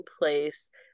place